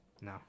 no